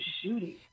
shooting